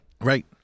Right